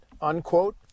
unquote